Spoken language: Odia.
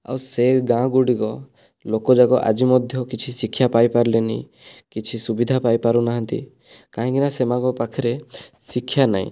ଆଉ ସେ ଗାଁ ଗୁଡ଼ିକ ଲୋକଯାକ ଆଜି ମଧ୍ୟ କିଛି ଶିକ୍ଷା ପାଇପାରିଲେନି କିଛି ସୁବିଧା ପାଇପାରୁ ନାହାନ୍ତି କାହିଁକି ନା ସେମାନଙ୍କ ପାଖରେ ଶିକ୍ଷା ନାଇଁ